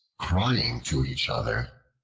crying to each other,